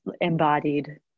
embodied